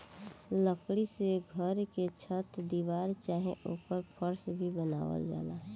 लकड़ी से घर के छत दीवार चाहे ओकर फर्स भी बनावल जाला